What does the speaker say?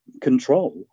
control